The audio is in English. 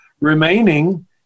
remaining